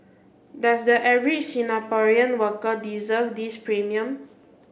does the average Singaporean worker deserve this premium